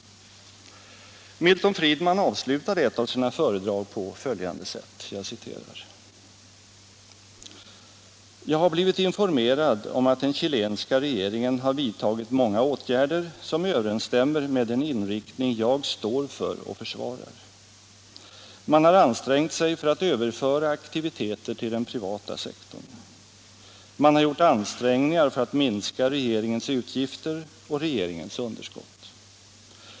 Milton Friedman avslutade ett av sina föredrag på följande sätt: ”Jag har blivit informerad om att regeringen har vidtagit många åtgärder som överensstämmer med den inriktning jag står för och försvarar. Man har ansträngt sig för att återföra aktiviteter till den mot Chile Bojkottåtgärder mot Chile privata sektorn. Man har gjort ansträngningar för att minska regeringens utgifter och regeringens underskott.